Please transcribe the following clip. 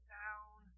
down